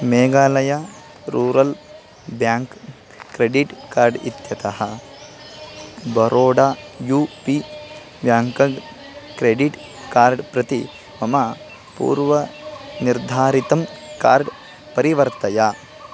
Meghalaya rural bank credit card इत्यतः Baroda U P bank credit card प्रति मम पूर्वनिर्धारितं कार्ड् परिवर्तय